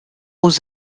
aux